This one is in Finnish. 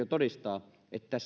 todistaa että